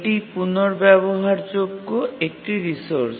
এটি পুনঃব্যবহারযোগ্য একটি রিসোর্স